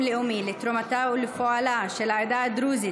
לאומי לתרומתה ולפועלה של העדה הדרוזית